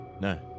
No